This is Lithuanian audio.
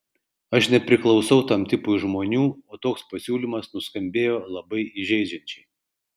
aš nepriklausau tam tipui žmonių o toks pasiūlymas nuskambėjo labai įžeidžiančiai